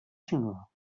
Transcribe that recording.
شونو